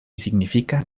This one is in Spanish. significa